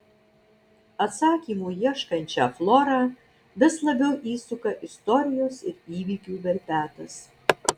atsakymų ieškančią florą vis labiau įsuka istorijos ir įvykių verpetas